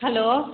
hello